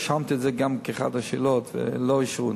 רשמת את זה כאחת השאלות ולא אישרו,